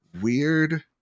weird